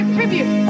tribute